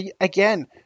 again